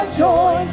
joy